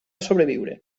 sobreviure